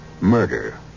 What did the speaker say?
murder